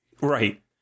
Right